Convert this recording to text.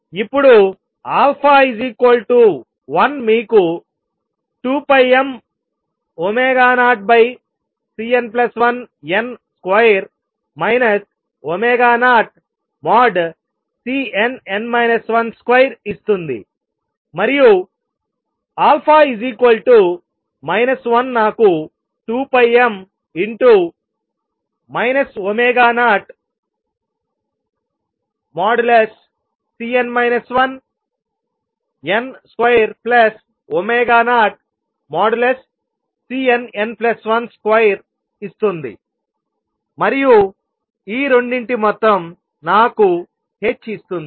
ఇప్పుడు 1 మీకు 2πm0|Cn1n |2 0|Cnn 1 |2ఇస్తుంది మరియు α 1 నాకు 2πm 0Cn 1n |20Cnn1 |2 ఇస్తుంది మరియు ఈ రెండిటి మొత్తం నాకు h ఇస్తుంది